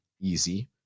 easy